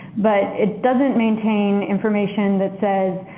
but it doesn't maintain information that says,